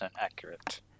accurate